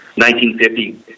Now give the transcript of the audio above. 1950